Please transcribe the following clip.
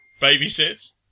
Babysits